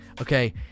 Okay